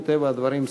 מטבע הדברים,